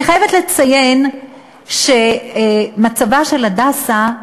אני חייבת לציין שעל מצבו של "הדסה"